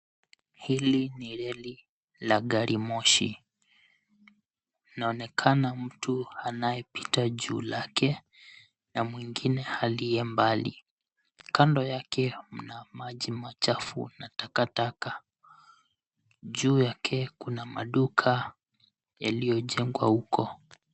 Hili ni reli la garimoshi. Linaonekana mtu anayepita juu lake na mwingine aliye mbali. Kando yake mna maji machafu na takataka. Juu yake kuna maduka yaliyojengwa huko.